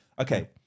okay